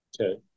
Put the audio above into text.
Okay